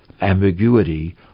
ambiguity